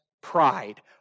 pride